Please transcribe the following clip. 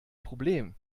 problem